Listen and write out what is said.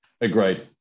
Agreed